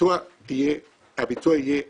הביצוע יהיה הדרגתי,